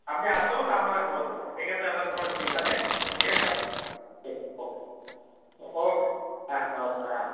আপনি আসুন আমরা করে দেব ঠিক আছে আপনার কোনো চিন্তা নেই ঠিক আছে আসুন ওকে ওকে হ্যাঁ নমস্কার হ্যাঁ